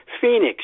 Phoenix